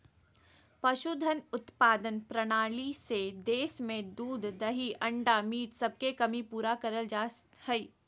पशुधन उत्पादन प्रणाली से देश में दूध दही अंडा मीट सबके कमी पूरा करल जा हई